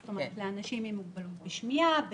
זאת אומרת לאנשים עם מוגבלות בשמיעה,